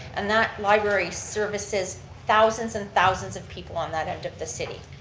and that library services thousands and thousands of people on that end of the city.